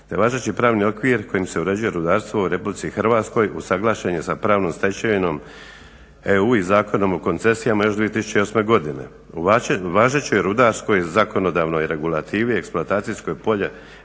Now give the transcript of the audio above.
važeći pravni okvir kojim se uređuje rudarstvo u RH usuglašen je sa pravnom stečevinom EU i Zakonom o koncesijama još 2008.godine. U važećoj rudarskoj zakonodavnoj regulativi, eksploatacijsko polje